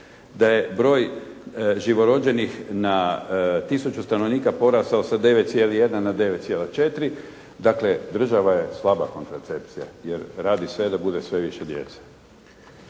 da je broj živorođenih na 1000 stanovnika porastao sa 9,1 na 9,4, dakle država je slaba kontracepcija jer radi sve da bude sve više djece.